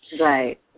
right